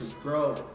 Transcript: grow